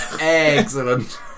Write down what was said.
Excellent